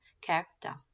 character